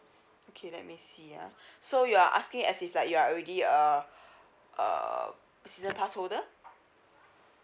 okay let me see uh so you are asking as if like you are already a uh season pass holder